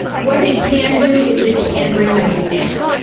what it can do is it can bring my mood down.